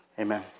amen